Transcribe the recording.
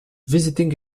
visiting